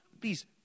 please